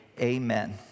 amen